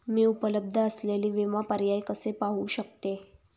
मी उपलब्ध असलेले विमा पर्याय कसे पाहू शकते?